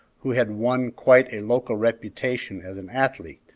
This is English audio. who had won quite a local reputation as an athlete.